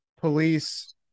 police